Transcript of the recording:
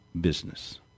business